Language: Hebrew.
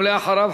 ואחריו,